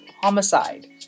homicide